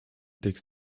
takes